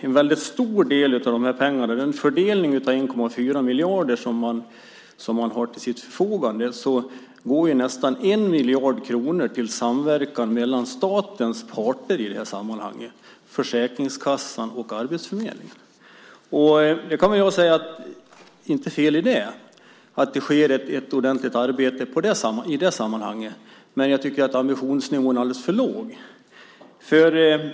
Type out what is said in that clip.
En väldigt stor del av pengarna - den fördelning av 1,4 miljarder som man har till sitt förfogande - nästan 1 miljard kronor, går till samverkan mellan statens parter, Försäkringskassan och arbetsförmedlingen. Jag ser inget fel i det, att det sker ett ordentligt arbete i det sammanhanget, men jag tycker att ambitionsnivån är alldeles för låg.